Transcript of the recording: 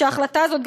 שההחלטה הזאת,